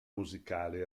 musicale